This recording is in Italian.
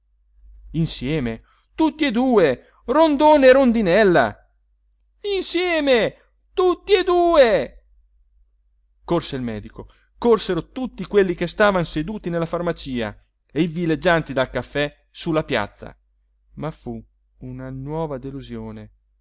insieme tutti e due rondone e rondinella insieme tutti e due corse il medico corsero tutti quelli che stavan seduti nella farmacia e i villeggianti dal caffè su la piazza ma fu una nuova delusione